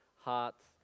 hearts